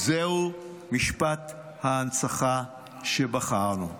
זהו משפט ההנצחה שבחרנו: